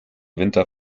winter